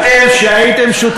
בנס והנס, מי זה "אתם"?